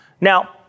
Now